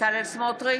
בצלאל סמוטריץ'